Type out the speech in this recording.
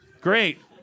Great